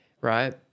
right